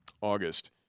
August